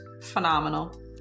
phenomenal